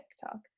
TikTok